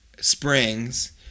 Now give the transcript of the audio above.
Springs